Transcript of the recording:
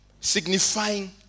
signifying